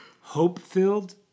hope-filled